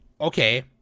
okay